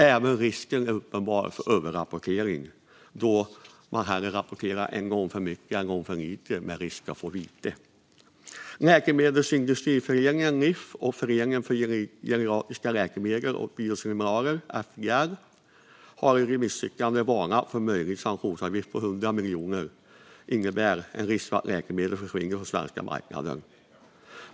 Även risk för överrapportering är uppenbar då man hellre rapporterar en gång för mycket än för lite på grund av risk för vite. Läkemedelsindustriföreningen, Lif, och Föreningen för Generiska läkemedel och Biosimilarer, FGL, har i remissyttranden varnat för att en möjlig sanktionsavgift på 100 miljoner innebär en risk för att läkemedel försvinner från den svenska marknaden.